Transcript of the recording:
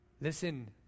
Listen